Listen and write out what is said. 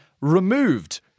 removed